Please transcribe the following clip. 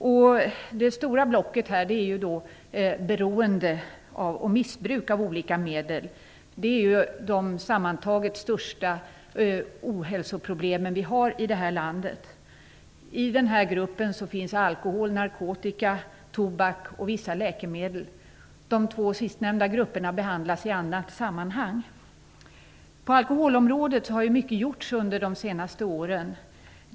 Det stora blocket här gäller beroendet och missbruket av olika medel, de sammantaget största ohälsoproblemen i det här landet. I den här gruppen finns alkohol, narkotika, tobak och vissa läkemedel. De två sistnämnda grupperna behandlas i annat sammanhang. På alkoholområdet har mycket gjorts under de senaste åren.